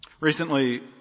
Recently